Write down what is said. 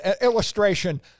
illustration